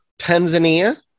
Tanzania